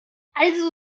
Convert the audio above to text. also